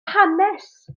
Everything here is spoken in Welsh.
hanes